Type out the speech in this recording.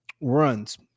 runs